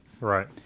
Right